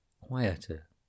quieter